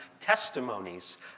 testimonies